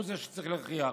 הוא זה שצריך להכריע.